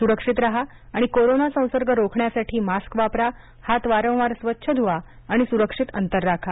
सुरक्षित राहा आणि कोरोना संसर्ग रोखण्यासाठी मास्क वापरा हात वारंवार स्वच्छ धुवा आणि सुरक्षित अंतर राखा